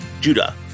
Judah